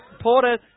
Porter